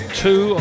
two